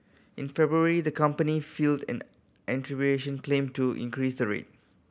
in February the company filed an claim to increase the rate